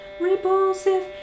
repulsive